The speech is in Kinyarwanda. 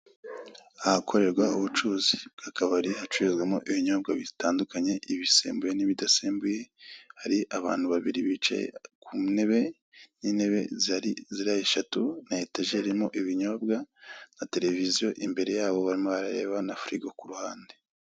Ahakorerwa ubucuruzi bw'akabari, hacururizwamo ibinyobwa bitandukanye, ibisembuye n'ibidasembuye, hari abantu babiri bicaye ku ntebe, intebe zihari ziri eshatu, na etajeri irimo ibinyobwa, na televiziyo imbere yabo barimo barareba, na firigo ku ruhande.